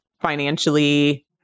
financially